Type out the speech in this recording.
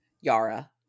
Yara